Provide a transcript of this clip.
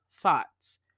thoughts